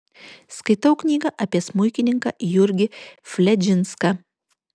skaitau knygą apie smuikininką jurgį fledžinską